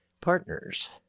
partners